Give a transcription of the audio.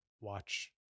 watch